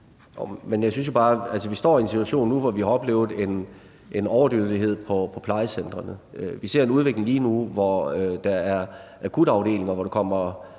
vi står i en situation nu, hvor vi har oplevet en overdødelighed på plejecentrene. Vi ser en udvikling lige nu, hvor der er akutafdelinger, hvor der kommer